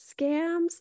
scams